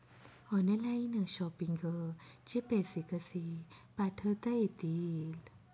Online shopping चे पैसे कसे पाठवता येतील?